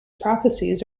prophecies